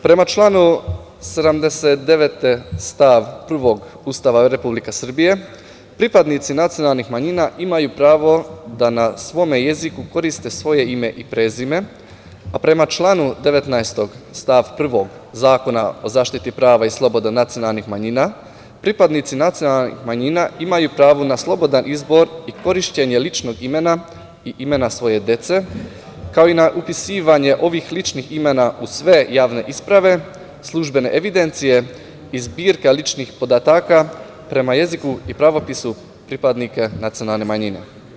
Prema članu 79. stav 1. Ustava Republike Srbije pripadnici nacionalnih manjina imaju pravo da na svome jeziku koriste svoje ime i prezime, a prema članu 19. stav 1. Zakona o zaštiti prava i sloboda nacionalnih manjina, pripadnici nacionalnih manjina imaju pravo na slobodan izbor i korišćenje ličnog imena i imena svoje dece, kao i na upisivanje ovih ličnih imena u sve javne isprave, službene evidencije i zbirka ličnih podataka prema jeziku i pravopisu pripadnika nacionalne manjine.